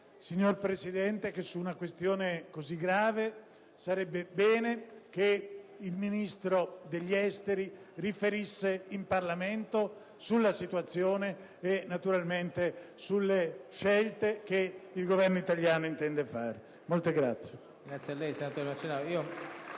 signor Presidente, che su una questione così grave sarebbe bene che il Ministro degli esteri riferisca in Parlamento sulla situazione e, naturalmente, sulle scelte che il Governo italiano intende fare. *(Applausi